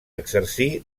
exercí